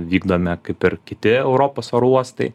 vykdome kaip ir kiti europos oro uostai